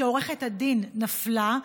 שעורכת הדין נפלה.